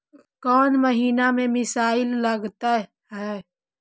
कौन महीना में मिसाइल लगते हैं?